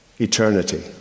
eternity